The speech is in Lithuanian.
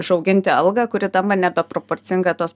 išauginti algą kuri tampa nebeproporcinga tos